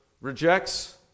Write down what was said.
rejects